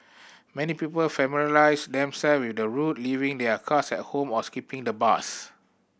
many people familiarise themself with the route leaving their cars at home or skipping the bus